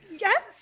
yes